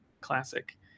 classic